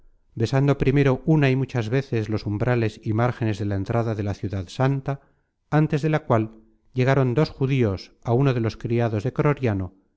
besando primero una y muchas veces los umbrales y márgenes de la entrada de la ciudad santa antes de la cual llegaron dos judíos á uno de los criados de croriano